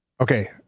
Okay